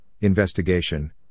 Investigation